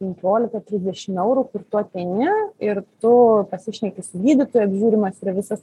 penkiolika trisdešim eurų kur tu ateini ir tu pasišneki su gydytoju apžiūrimas yra visas